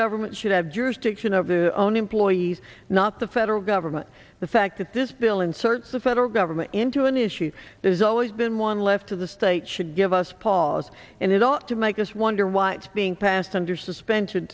government should have jurisdiction over the own employees not the federal government the fact that this bill inserts the federal government into an issue there's always been one left to the state should give us pause and it ought to make us wonder why it's being passed under suspension